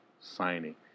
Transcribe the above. signing